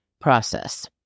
process